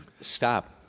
stop